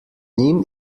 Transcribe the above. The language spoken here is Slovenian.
njim